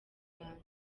rwanda